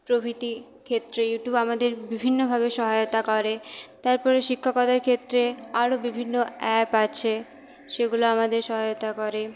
প্রভৃতি ক্ষেত্রে ইউটুব আমাদের বিভিন্নভাবে সহায়তা করে তারপরে শিক্ষকতার ক্ষেত্রে আরও বিভিন্ন অ্যাপ আছে সেগুলো আমাদের সহায়তা করে